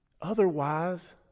Otherwise